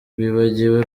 wibagiwe